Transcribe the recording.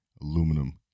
aluminum